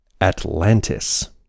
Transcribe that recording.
Atlantis